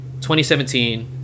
2017